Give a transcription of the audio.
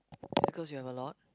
because you have a lot